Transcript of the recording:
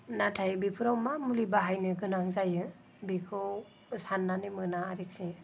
नाथाय बेफोराव मा मुलि बाहायनो गोनां जायो बेखौ साननानै मोना आरखि